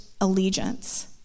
allegiance